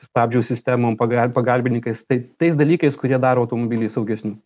stabdžių sistemom pagal pagalbininkais tai tais dalykais kurie daro automobilį saugesniu